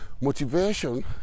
motivation